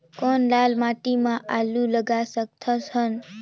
कौन लाल माटी म आलू लगा सकत हन?